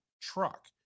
truck